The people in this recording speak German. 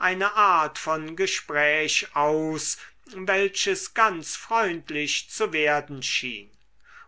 eine art von gespräch aus welches ganz freundlich zu werden schien